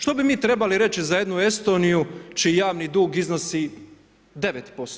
Što bi mi trebali reći za jednu Estoniju čiji javni dug iznosi 9%